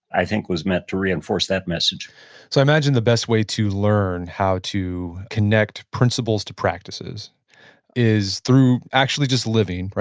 i think was meant to reinforce that message i imagine the best way to learn how to connect principles to practices is through actually just living,